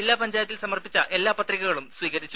ജില്ലാ പഞ്ചായത്തിൽ സമർപ്പിച്ച എല്ലാ പത്രികകളും സ്വീകരിച്ചു